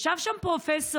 ישב פרופ'